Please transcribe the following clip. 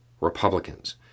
Republicans